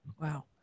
Wow